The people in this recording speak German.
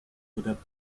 oder